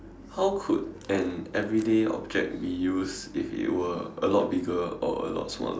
how could an everyday object be used if it were a lot bigger or a lot smaller